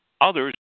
Others